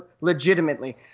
legitimately